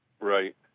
Right